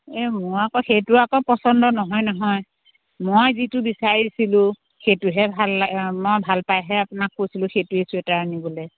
এই মোৰ আকৌ সেইটো আকৌ পচন্দ নহয় নহয় মই যিটো বিচাৰিছিলোঁ সেইটোহে ভাল লাগে মই ভাল পাইহে আপোনাক কৈছিলোঁ সেইটোৱেই ছুৱেটাৰ আনিবলৈ